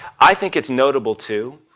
i think it's notable, too,